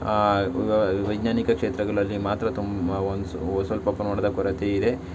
ವೈಜ್ಞಾನಿಕ ಕ್ಷೇತ್ರಗಳಲ್ಲಿ ಮಾತ್ರ ತುಂಬ ಒಂದು ಸ್ವಲ್ಪ ಪ್ರಮಾಣದ ಕೊರತೆ ಇದೆ